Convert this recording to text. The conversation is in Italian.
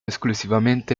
esclusivamente